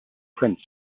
prince